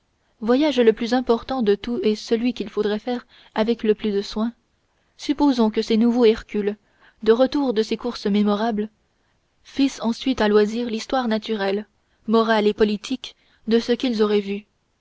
voyage le plus important de tous et celui qu'il faudrait faire avec le plus de soin supposons que ces nouveaux hercules de retour de ces courses mémorables fissent ensuite à loisir l'histoire naturelle morale et politique de ce qu'ils auraient vu